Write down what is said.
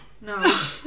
No